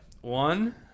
One